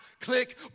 click